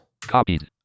Copied